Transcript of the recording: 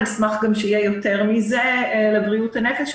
אשמח גם שיהיה יותר מזה לבריאות הנפש,